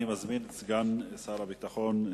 אני מזמין את סגן שר הביטחון,